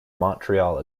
montreal